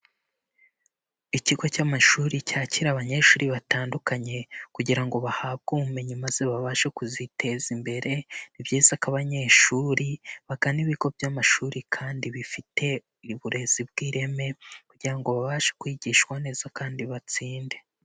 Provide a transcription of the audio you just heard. Ikigo cy'amashuri cyakira abanyeshuri batandukanye kugira ngo bahabwe ubumenyi maze babashe kuziteza imbere, ni byiza ko abanyeshuri bagana ibigo by'amashuri kandi bifite uburezi bw'ireme kugira ngo babashe kwigishwa neza kandi batsinde.